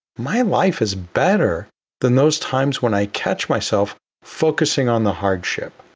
my life is better than those times when i catch myself focusing on the hardship.